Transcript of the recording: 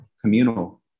communal